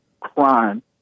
crime